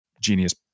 genius